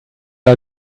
are